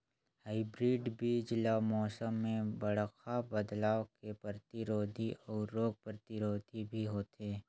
hybrid बीज ल मौसम में बड़खा बदलाव के प्रतिरोधी अऊ रोग प्रतिरोधी भी होथे